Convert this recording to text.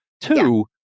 Two